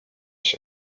się